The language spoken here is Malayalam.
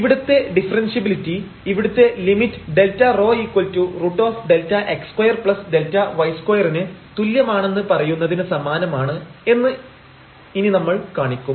ഇവിടുത്തെ ഡിഫറെൻഷ്യബിലിറ്റി ഇവിടുത്തെ ലിമിറ്റ് Δρ √Δx2Δy2 ന് തുല്യമാണെന്ന് പറയുന്നതിന് സമാനമാണ് എന്ന് ഇനി നമ്മൾ കാണിക്കും